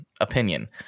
opinion